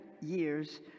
years